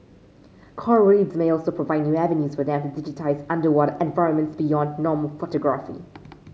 coral reefs may also provide new avenues for them to digitise underwater environments beyond normal photography